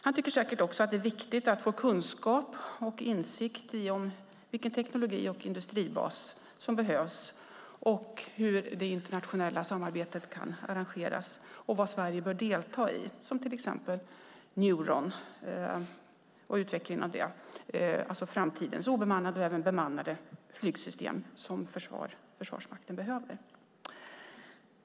Han tycker säkert också att det är viktigt att få kunskap om och insikt i vilken teknik och industribas som behövs, hur det internationella samarbetet kan arrangeras och vad Sverige bör delta i, till exempel utvecklingen av Neuron, framtidens obemannade och även bemannade flygsystem som Försvarsmakten behöver.